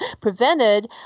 prevented